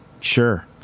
Sure